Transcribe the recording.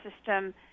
system